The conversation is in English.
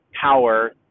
power